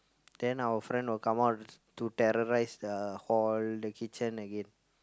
then our friend will come out to terrorise the hall the kitchen again